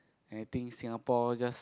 and I think Singapore just